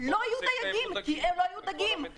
לא יהיו דייגים כי לא יהיו דגים.